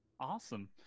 Awesome